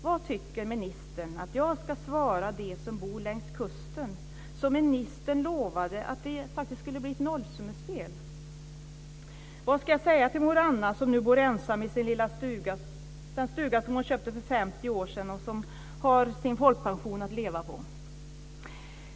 Vad tycker ministern att jag ska svara dem som bor längs kusten, som ministern faktiskt lovade att det skulle bli ett nollsummespel? Vad ska jag säga till mor Anna, som nu bor ensam i sin lilla stuga som hon köpte för 50 år sedan och som har sin folkpension att leva på?